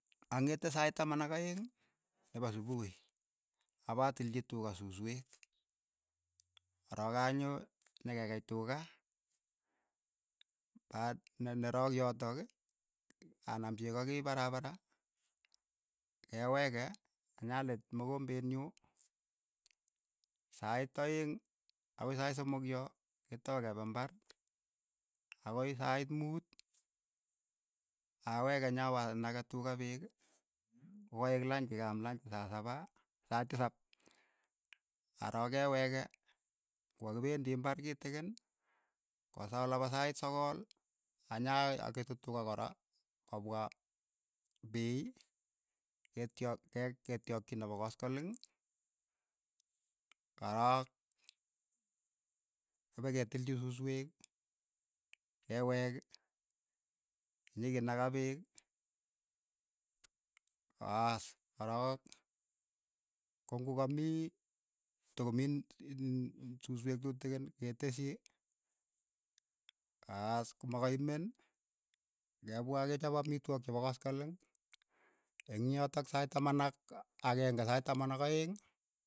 Ang'ete sait taman ak aeng' nepo supuhi, apa tiilchi tuka susweek, arook anyoo nyekekei tuka ak ne- ne rook yotok anam cheko keip parapara, keweke, nya liit mokombeet nyu, sait aeng' akoi sait somok yo, ketau kepe imbar, akoi sait muut, aweeke nya wa anake tuka peek, ko kaek lanchi ke aam lanchi saa sapaa sait tisap, arook ke wekee, ngo kakipendii imbar kitikin, ko saa olapa sait sokol, anya aketu tuka kora kopwa piiy. ketya ke- ke ketyakchi nepa koskoleng, korook kopaketiilchi susweek, yeweek, nyeke naka peek, paas, korok ko ng'u kamii tokomii susweek tutikin, keteschi, aas, koma kaimen, kepwa kechap amitwogik chepa koskoleng, eng' yotok sait taman ak akeng'e sait taman ak aeng'.